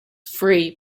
free